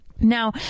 Now